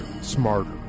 smarter